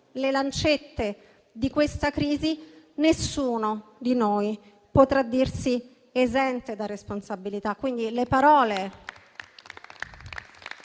le lancette di questa crisi, nessuno di noi potrà dirsi esente da responsabilità. Le parole